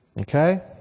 Okay